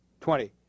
Twenty